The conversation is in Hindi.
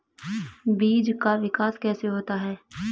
बीज का विकास कैसे होता है?